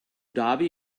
dhabi